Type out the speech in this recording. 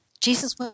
Jesus